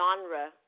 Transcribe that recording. genre